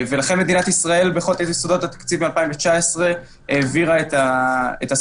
לכן מדינת ישראל בחוק יסודות התקציב מ-2019 העבירה את הסכום.